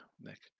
Nick